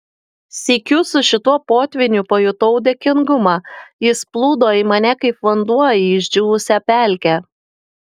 sykiu su šituo potvyniu pajutau dėkingumą jis plūdo į mane kaip vanduo į išdžiūvusią pelkę